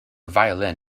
violin